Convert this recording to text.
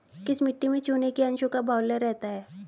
किस मिट्टी में चूने के अंशों का बाहुल्य रहता है?